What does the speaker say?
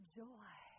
joy